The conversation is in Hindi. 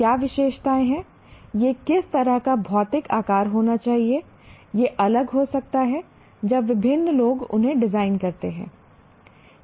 क्या विशेषताएं हैं यह किस तरह का भौतिक आकार होना चाहिए यह अलग हो सकता है जब विभिन्न लोग उन्हें डिजाइन करते हैं